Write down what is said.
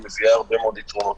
שהיא מביאה הרבה מאוד יתרונות.